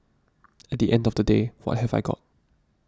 at the end of the day what have I got